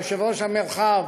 יושב-ראש המרחב